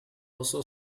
also